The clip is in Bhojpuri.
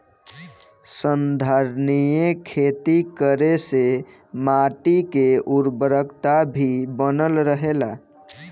संधारनीय खेती करे से माटी के उर्वरकता भी बनल रहेला